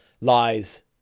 lies